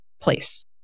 place